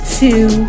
two